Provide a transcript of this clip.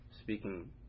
speaking